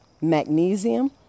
magnesium